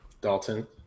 Dalton